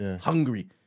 hungry